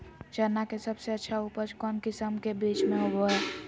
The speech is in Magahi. चना के सबसे अच्छा उपज कौन किस्म के बीच में होबो हय?